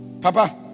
Papa